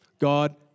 God